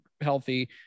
healthy